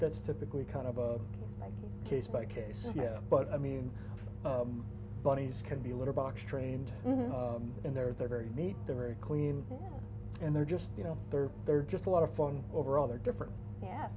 that typically kind of a case by case but i mean bunnies can be a litter box trained in there they're very neat they're very clean and they're just you know they're they're just a lot of fun overall they're different ye